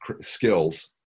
skills